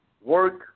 work